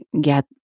get